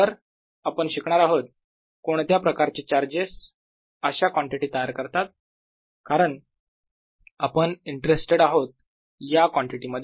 तर आपण शिकणार आहोत कोणत्या प्रकारचे चार्जेस अशा कॉन्टिटी तयार करतात कारण आपण इंटरेस्टेड आहोत या कॉन्टिटी मध्ये